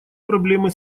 проблемы